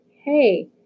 Hey